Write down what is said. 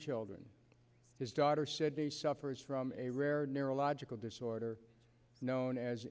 children his daughter said he suffers from a rare neurological disorder known as